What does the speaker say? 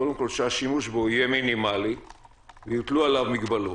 קודם כול שהשימוש בו יהיה מינימלי ויוטלו עליו מגבלות.